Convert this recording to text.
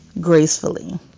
gracefully